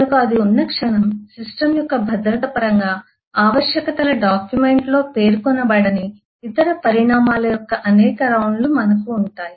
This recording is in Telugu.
మనకు అది ఉన్న క్షణం సిస్టమ్ యొక్క భద్రత పరంగా ఆవశ్యకతల డాక్యుమెంట్లో పేర్కొనబడని ఇతర పరిణామాల యొక్క అనేక రౌండ్లు మనకు ఉంటాయి